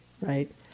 right